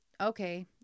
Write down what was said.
okay